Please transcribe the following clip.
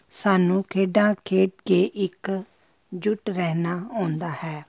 ਸਾਨੂੰ ਖੇਡਾਂ ਖੇਡ ਕੇ ਇੱਕ ਜੁਟ ਰਹਿਣਾ ਆਉਂਦਾ ਹੈ